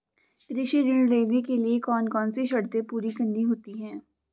कृषि ऋण लेने के लिए कौन कौन सी शर्तें पूरी करनी होती हैं?